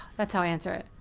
that's how i answer it.